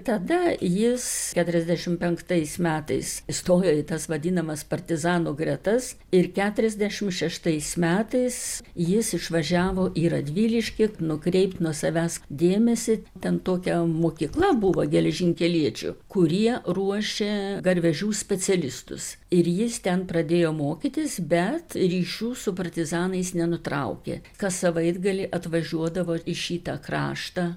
tada jis keturiasdešim penktais metais įstojo į tas vadinamas partizanų gretas ir keturiasdešimt šeštais metais jis išvažiavo į radviliškį nukreipt nuo savęs dėmesį ten tokia mokykla buvo geležinkeliečių kurie ruošė garvežių specialistus ir jis ten pradėjo mokytis bet ryšių su partizanais nenutraukė kas savaitgalį atvažiuodavo į šitą kraštą